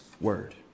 Word